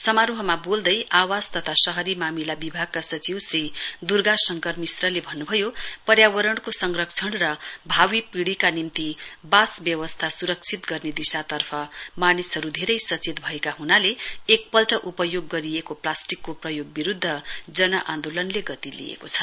समारोहमा बोल्दै आवास तथा शहरी मामिला विभागका सचिव श्री दुर्गा शङ्कर मिश्रले भन्नुभयो पर्यावरणको संरक्षण सुरक्षित गर्ने दिशातर्फ मानिसहरु धेरै सचेत भएका हुनाले एक पल्ट उपयोग गरिएको प्लास्टिको प्रयोग विरुध्द जन आन्दोलनले गति लिएको छ